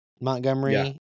Montgomery